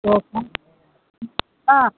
ہاں